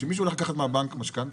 כשמישהו הולך לקחת מהבנק משכנתא,